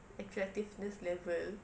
attractiveness level